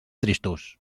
tristos